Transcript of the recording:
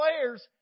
players